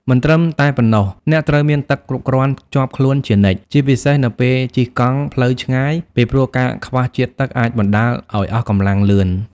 មិនត្រឹមតែប៉ុណ្ណោះ អ្នកត្រូវមានទឹកគ្រប់គ្រាន់ជាប់ខ្លួនជានិច្ច ជាពិសេសនៅពេលជិះកង់ផ្លូវឆ្ងាយ ពីព្រោះការខ្វះជាតិទឹកអាចបណ្តាលឱ្យអស់កម្លាំងលឿន។